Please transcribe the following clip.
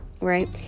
right